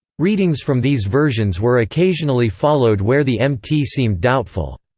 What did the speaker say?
readings from these versions were occasionally followed where the mt seemed doubtful.